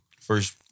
First